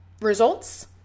results